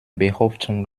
behauptung